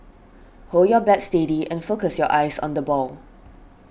hold your bat steady and focus your eyes on the ball